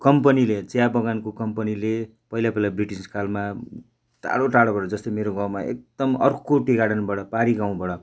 कम्पनीले चिया बगानको कम्पनीले पहिला पहिला ब्रिटिस कालमा टाढो टाढोबाट जस्तो मेरो गाउँमा एकदम अर्को टी गार्डनबाट पारी गाउँबाट